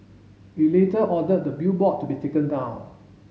it later ordered the billboard to be taken down